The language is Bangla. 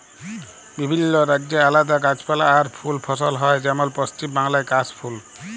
বিভিল্য রাজ্যে আলাদা গাছপালা আর ফুল ফসল হ্যয় যেমল পশ্চিম বাংলায় কাশ ফুল